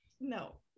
no